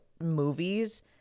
movies